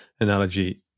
analogy